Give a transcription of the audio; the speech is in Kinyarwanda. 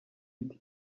iti